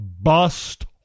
Bust